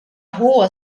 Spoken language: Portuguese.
rua